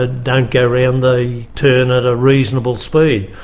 ah don't go round the turn at a reasonable speed.